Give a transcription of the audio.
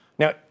Now